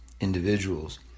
individuals